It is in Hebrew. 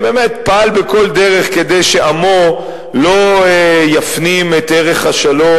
באמת פעל בכל דרך כדי שעמו לא יפנים את ערך השלום